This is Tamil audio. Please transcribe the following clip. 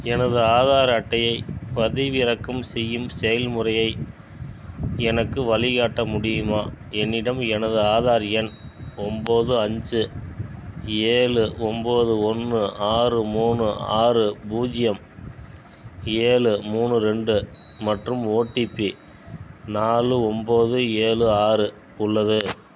எனது ஆதார் அட்டையைப் பதிவிறக்கம் செய்யும் செயல்முறையை எனக்கு வழிகாட்ட முடியுமா என்னிடம் எனது ஆதார் எண் ஒம்பது அஞ்சு ஏலு ஒம்பது ஒன்று ஆறு மூணு ஆறு பூஜ்ஜியம் ஏழு மூணு ரெண்டு மற்றும் ஓடிபி நாலு ஒம்பது ஏழு ஆறு உள்ளது